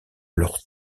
leur